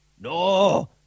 No